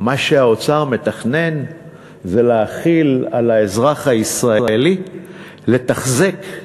שמה שהאוצר מתכנן זה להחיל על האזרח הישראלי לתחזק,